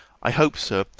i hope, sir,